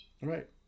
Right